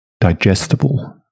digestible